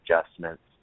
adjustments